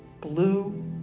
Blue